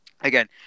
Again